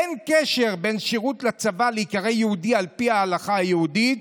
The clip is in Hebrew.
אין קשר בין שירות בצבא ובין להיקרא יהודי על פי ההלכה היהודית.